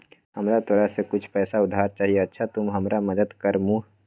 हमरा तोरा से कुछ पैसा उधार चहिए, अच्छा तूम हमरा मदद कर मूह?